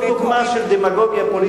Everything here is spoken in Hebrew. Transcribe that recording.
זו דוגמה של דמגוגיה פוליטית,